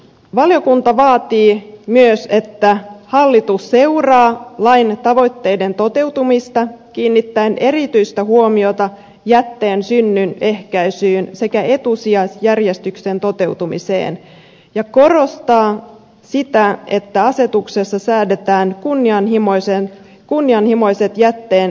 valiokunta vaatii myös että hallitus seuraa lain tavoitteiden toteutumista kiinnittäen erityistä huomiota jätteen synnyn ehkäisyyn sekä etusijaisjärjestyksen toteutumiseen ja korostaa sitä että asetuksessa säädetään kunnianhimoiset jätteen kierrätystavoitteet